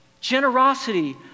Generosity